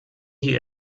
die